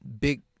big